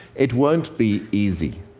it won't be easy.